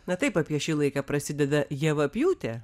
na taip apie šį laiką prasideda javapjūtė